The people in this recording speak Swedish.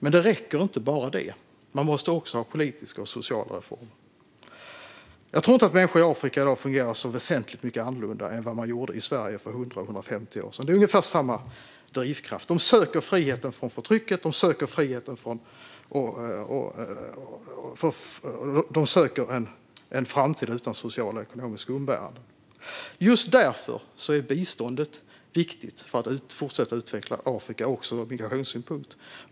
Men det räcker inte, utan det behövs också politiska och sociala reformer. Jag tror inte att människor i Afrika fungerar så väsentligt mycket annorlunda än vad man gjorde i Sverige för 100-150 år sedan. Det handlar om ungefär samma drivkraft. De söker frihet från förtryck, och de söker en framtid utan sociala och ekonomiska umbäranden. Just därför är biståndet viktigt för att fortsätta att utveckla Afrika också ur migrationssynpunkt.